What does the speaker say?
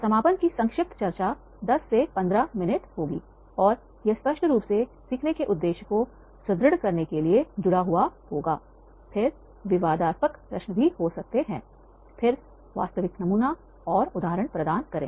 समापन की संक्षिप्त चर्चा 10 से 15 मिनट होंगे और यह स्पष्ट रूप से सीखने के उद्देश्यों को सुदृढ़ करने के लिए जुड़ा हुआ होगाफिर विवादास्पद प्रश्न भी हो सकते हैं फिर वास्तविक नमूना और उदाहरण प्रदान करें